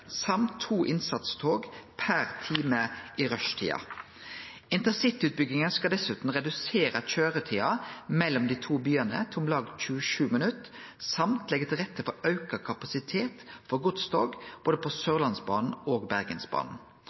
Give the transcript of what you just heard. samt to innsatstog per time i rushtida. Intercityutbygginga skal dessutan redusere køyretida mellom dei to byane til om lag 27 minutt samt leggje til rette for auka kapasitet for godstog på både Sørlandsbanen og Bergensbanen.